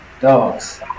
dogs